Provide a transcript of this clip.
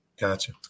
Gotcha